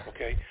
Okay